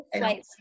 Right